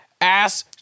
ass